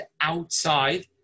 outside